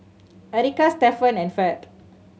Erika Stefan and Ferd